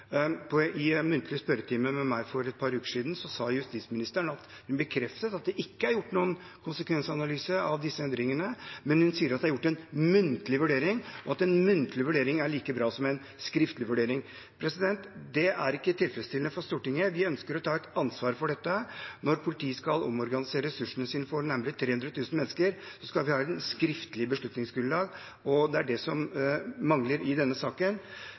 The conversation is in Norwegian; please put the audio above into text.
I muntlig spørretime for et par uker siden bekreftet justisministeren for meg at det ikke er gjort noen konsekvensanalyse av disse endringene, men hun sier at det er gjort en muntlig vurdering, og at en muntlig vurdering er like bra som en skriftlig vurdering. Det er ikke tilfredsstillende for Stortinget. Vi ønsker å ta et ansvar for dette. Når politiet skal omorganisere ressursene sine for nærmere 300 000 mennesker, skal vi ha et skriftlig beslutningsgrunnlag, og det er det som mangler i denne saken.